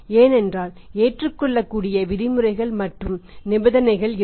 ஏனென்றால் ஏற்றுக்கொள்ளக்கூடிய விதிமுறைகள் மற்றும் நிபந்தனைகள் இருக்கும்